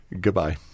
Goodbye